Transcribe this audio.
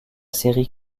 série